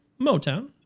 Motown